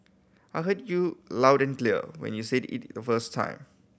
I heard you loud and clear when you said it the first time